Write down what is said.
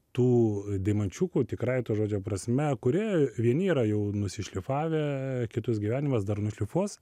tų deimančiukų tikrąja to žodžio prasme kurie vieni yra jau nusišlifavę kitus gyvenimas dar nušlifuos